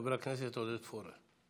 חבר הכנסת עודד פורר.